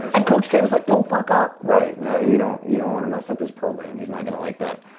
and coach k was like don't fuck up! right, no you don't you don't wanna mess up his program, he's not gonna like that,